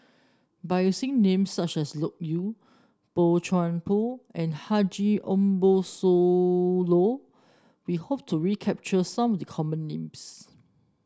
by using names such as Loke Yew Boey Chuan Poh and Haji Ambo Sooloh we hope to capture some of the common names